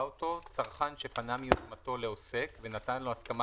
אותו: "צרכן שפנה מיוזמתו לעוסק ונתן לו הסכמה